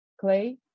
clay